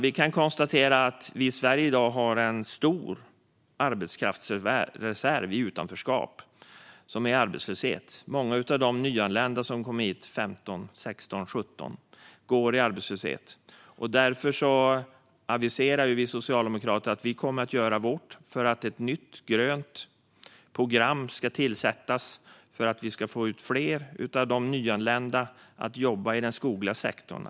Vi har i dag i Sverige en stor arbetskraftsreserv i utanförskap och arbetslöshet. Många av de nyanlända som kom hit 2015, 2016 och 2017 går i arbetslöshet. Därför aviserar vi socialdemokrater att vi kommer att göra vårt för att ett nytt grönt program ska tillsättas för att vi ska få fler av de nyanlända att jobba i den skogliga sektorn.